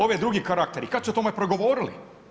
Ovaj drugi karakter i kad su o tome progovorili?